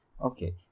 Okay